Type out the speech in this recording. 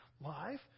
life